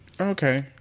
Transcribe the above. Okay